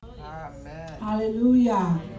hallelujah